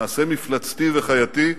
מעשה מפלצתי וחייתי,